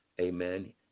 Amen